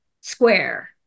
square